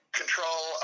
control